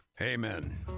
Amen